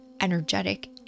energetic